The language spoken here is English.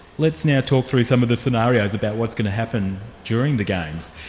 let's now talk through some of the scenarios about what's going to happen during the games.